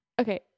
Okay